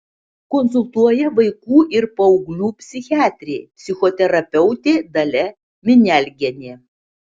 konsultuoja vaikų ir paauglių psichiatrė psichoterapeutė dalia minialgienė